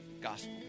gospel